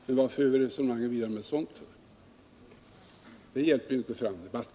Men sådana frågor för inte debatten framåt.